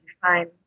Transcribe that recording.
fine